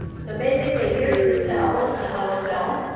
so basically, here's the cell. it's the host's cell.